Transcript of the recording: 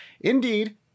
Indeed